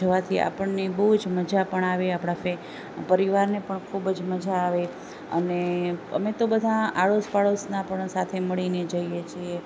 જવાથી આપણને બહુ જ મજા પણ આવે આપણા પરિવારને પણ ખૂબ જ મજા આવે અને અમે તો બધાં આડોસપાડોસના પણ સાથે મળીને જઈએ છીએ